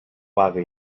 vaga